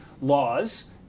laws